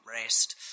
rest